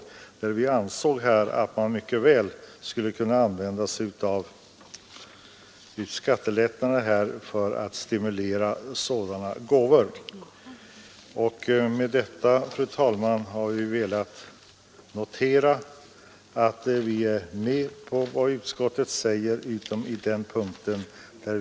Vi ansåg att man mycket väl skulle kunna använda skattelättnader för att stimulera sådana gåvor. Med dessa ord, fru talman, har vi velat notera att vi går med på utskottets hemställan utom skrivningen om stödet till allmännyttiga ändamål.